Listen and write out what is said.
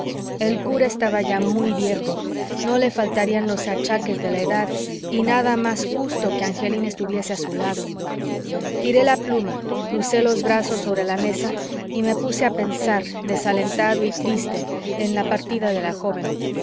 el cura estaba ya muy viejo no le faltarían los achaques de la edad y nada más justo que angelina estuviese a su lado tiré la pluma crucé los brazos sobre la mesa y me puse a pensar desalentado y triste en la partida de la joven